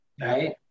right